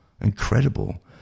incredible